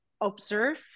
observe